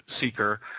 seeker